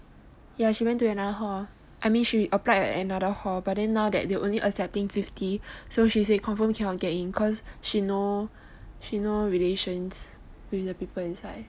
ya she went to another hall I mean she applied at another hall but now they accept only fifty so she say confirm cannot get in cause she no she no relations with the people inside